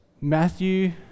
matthew